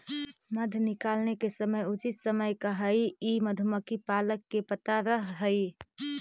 मध निकाले के सबसे उचित समय का हई ई मधुमक्खी पालक के पता रह हई